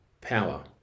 power